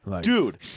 dude